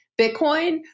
Bitcoin